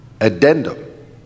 addendum